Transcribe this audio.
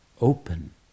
open